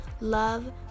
love